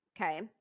Okay